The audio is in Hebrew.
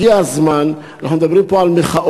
הגיע הזמן אנחנו מדברים פה על מחאות,